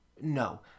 No